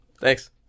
Thanks